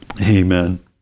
Amen